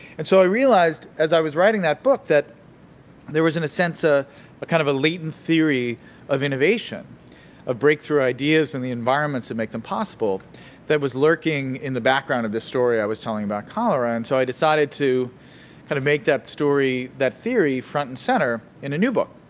and so, i realized as i was writing that book that there was, in a sense, ah but kind of a latent theory of innovation of breakthrough ideas in the environments that make them possible that was lurking in the background of this story i was telling you about cholera. and so, i decided to kind of make that story, that theory, front and center in a new book.